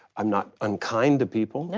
i'm not unkind to people. yeah